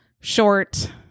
short